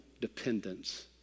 dependence